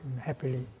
happily